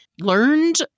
learned